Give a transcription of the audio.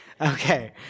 Okay